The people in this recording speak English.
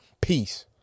peace